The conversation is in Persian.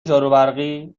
جاروبرقی